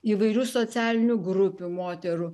įvairių socialinių grupių moterų